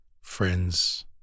friends